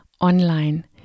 online